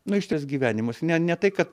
na į šituos gyvenimus ne ne tai kad